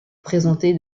présenté